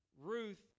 Ruth